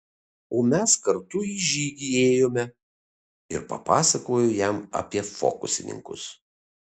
o mes kartu į žygį ėjome ir papasakojo jam apie fokusininkus